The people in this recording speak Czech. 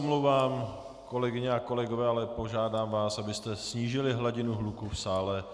Omlouvám se, kolegyně a kolegové, ale požádám vás, abyste snížili hladinu hluku v sále.